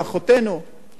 עוד פעם, לא כולם,